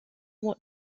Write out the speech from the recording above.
what